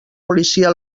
policia